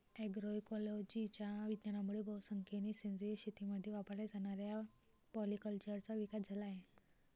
अग्रोइकोलॉजीच्या विज्ञानामुळे बहुसंख्येने सेंद्रिय शेतीमध्ये वापरल्या जाणाऱ्या पॉलीकल्चरचा विकास झाला आहे